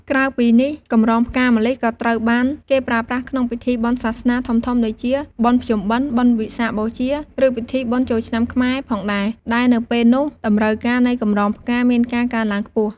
ក្រៅពីនេះកម្រងផ្កាម្លិះក៏ត្រូវបានគេប្រើប្រាស់ក្នុងពិធីបុណ្យសាសនាធំៗដូចជា បុណ្យភ្ជុំបិណ្ឌ បុណ្យវិសាខបូជា ឬពិធីបុណ្យចូលឆ្នាំខ្មែរផងដែរ ដែលនៅពេលនោះតម្រូវការនៃកម្រងផ្កាមានការកើនឡើងខ្ពស់។